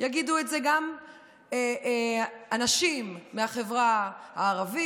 יגידו את זה גם אנשים מהחברה הערבית,